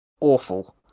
awful